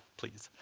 please.